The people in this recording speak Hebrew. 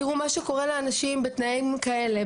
תראו מה שקורה לאנשים בתנאים כאלה,